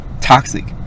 toxic